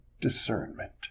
discernment